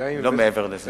מעבר לזה.